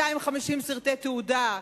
250 סרטי תעודה,